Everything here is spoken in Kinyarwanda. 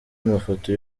amafoto